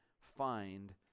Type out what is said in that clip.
find